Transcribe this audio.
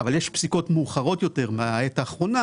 אבל יש פסיקות מאוחרות יותר מהעת האחרונה